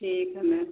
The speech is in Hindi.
ठीक है मैम